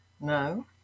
No